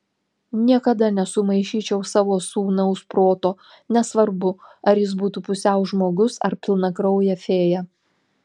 niekada nesumaišyčiau savo sūnaus proto nesvarbu ar jis būtų pusiau žmogus ar pilnakraujė fėja